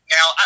Now